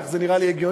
כך זה נראה לי הגיוני,